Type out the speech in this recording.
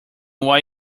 why